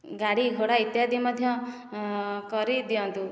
ଗାଡି ଘୋଡ଼ା ଇତ୍ୟାଦି ମଧ୍ୟ କରିଦିଅନ୍ତୁ